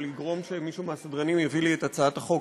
או לגרום שמישהו מהסדרנים להביא לי את הצעת החוק,